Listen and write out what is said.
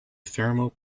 thermal